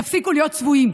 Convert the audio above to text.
תפסיקו להיות צבועים.